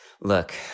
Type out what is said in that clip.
Look